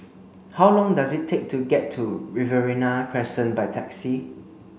how long does it take to get to Riverina Crescent by taxi